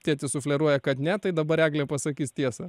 tėtis sufleruoja kad ne tai dabar eglė pasakys tiesą